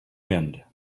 wind